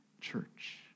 church